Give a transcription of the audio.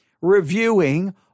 reviewing